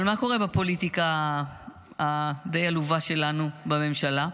אבל מה קורה בפוליטיקה הדי-עלובה שלנו, בממשלה?